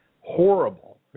horrible